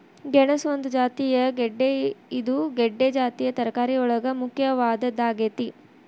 ಗೆಣಸ ಒಂದು ಜಾತಿಯ ಗೆಡ್ದೆ ಇದು ಗೆಡ್ದೆ ಜಾತಿಯ ತರಕಾರಿಯೊಳಗ ಮುಖ್ಯವಾದದ್ದಾಗೇತಿ